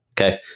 Okay